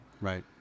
Right